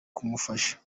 kumufasha